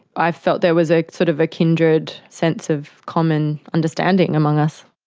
i felt there was ah sort of a kindred sense of common understanding among us.